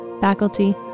faculty